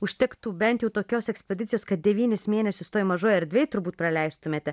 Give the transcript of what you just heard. užtektų bent jų tokios ekspedicijos kad devynis mėnesius toj mažoj erdvėj turbūt praleistumėte